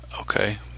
Okay